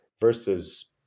versus